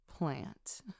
Plant